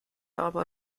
aber